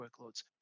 workloads